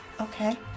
Okay